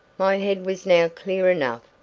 my head was now clear enough,